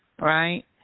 Right